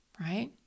Right